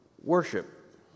worship